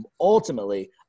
ultimately